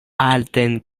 alten